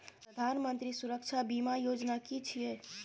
प्रधानमंत्री सुरक्षा बीमा योजना कि छिए?